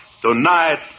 tonight